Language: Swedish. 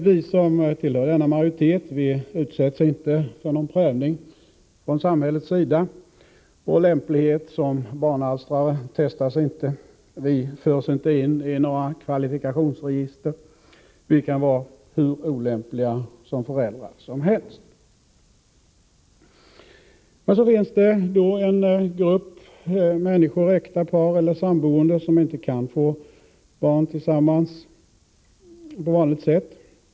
Vi som tillhör denna majoritet utsätts inte för någon prövning från samhällets sida. Vår lämplighet som barnalstrare testas inte. Vi förs inte in i några kvalifikationsregister. Vi kan vara hur olämpliga som helst som föräldrar. Det finns emellertid en grupp människor — äkta par eller samboende —- som inte kan få barn tillsammans på vanligt sätt.